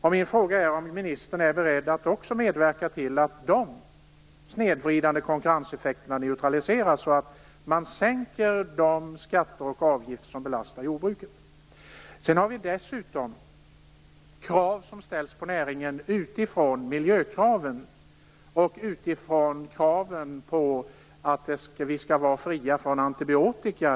Jag vill fråga om ministern är beredd att också medverka till att dessa snedvridande konkurrenseffekter neutraliseras genom att man sänker de skatter och avgifter som belastar jordbruket. Det ställs dessutom miljökrav på näringen, bl.a. att djurfodret skall vara fritt från antibiotika.